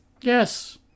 Yes